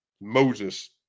Moses